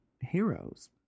heroes